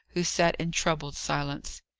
who sat in troubled silence.